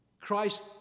Christ